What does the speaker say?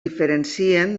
diferencien